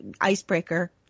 icebreaker